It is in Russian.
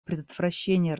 предотвращения